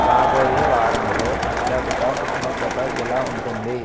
రాబోయే వారంలో అత్యధిక ఉష్ణోగ్రత ఎలా ఉంటుంది